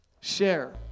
share